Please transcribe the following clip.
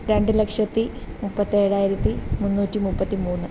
രണ്ട് ലക്ഷത്തി മുപ്പത്തേഴായിരത്തി മുന്നൂറ്റി മുപ്പത്തി മൂന്ന്